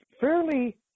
fairly